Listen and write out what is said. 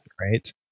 right